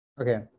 Okay